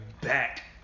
back